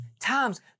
times